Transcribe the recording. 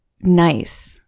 nice